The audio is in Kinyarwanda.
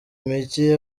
mike